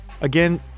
Again